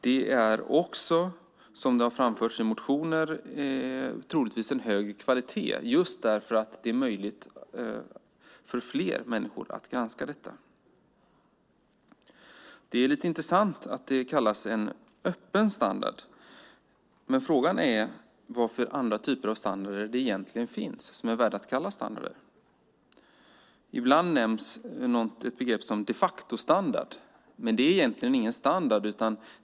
Det är också, som det har framförts i motioner, troligtvis en högre kvalitet just för att det är möjligt för fler människor att granska detta. Det är lite intressant att det kallas en öppen standard. Frågan är vad för andra typer av standarder det egentligen finns som är värda att kallas standarder. Ibland nämns ett begrepp som de facto-standard. Det är egentligen ingen standard.